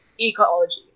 ecology